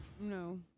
No